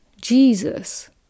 Jesus